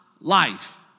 life